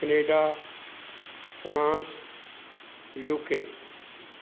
Canada France UK